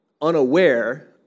unaware